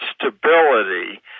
stability